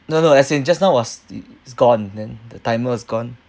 no no as in just now was it is gone then the timer's gone